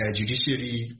judiciary